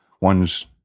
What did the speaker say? One's